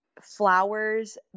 Flowers